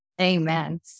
Amen